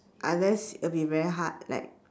unless it'll be very hard like